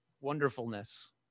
wonderfulness